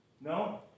No